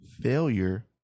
failure